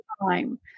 time